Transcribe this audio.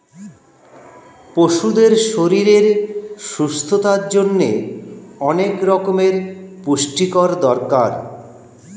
পশুদের শরীরের সুস্থতার জন্যে অনেক রকমের পুষ্টির দরকার